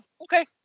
Okay